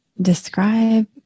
describe